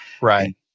Right